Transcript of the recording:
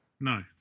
No